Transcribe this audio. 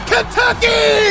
Kentucky